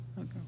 Okay